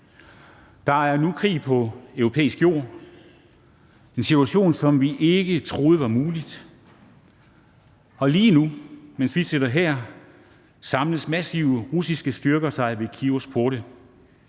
Der er nu krig på europæisk jord; en situation, som vi ikke troede var mulig. Lige nu, mens vi sidder her, samler massive russiske styrker sig ved Kyivs porte.